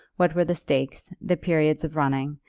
what were the stakes, the periods of running,